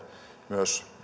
myös